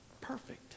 perfect